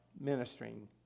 ministering